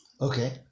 Okay